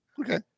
Okay